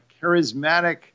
charismatic